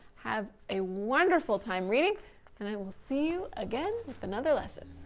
have a wonderful time reading and i will see you again, with another lesson.